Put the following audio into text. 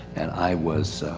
and i was,